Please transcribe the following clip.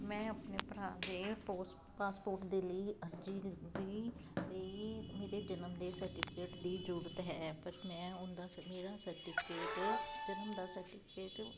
ਮੈਂ ਆਪਣੇ ਭਰਾ ਦੇ ਪਾਸਪੋਰਟ ਦੇ ਲਈ ਅਰਜੀ ਦਿੱਤੀ ਵੀ ਮੇਰੇ ਜਨਮ ਦੇ ਸਰਟੀਫਿਕੇਟ ਦੀ ਜਰੂਰਤ ਹੈ ਪਰ ਮੈਂ ਉਹਦਾ ਮੇਰਾ ਸਰਟੀਫਿਕੇਟ ਉਹਦਾ ਸਰਟੀਫਿਕੇਟ ਕਿਸੀ ਲੋਕਰ